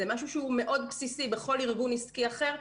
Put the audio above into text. זה משהו מאוד בסיסי בכל ארגון עסקי אחר.